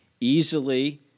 easily